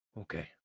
okay